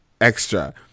extra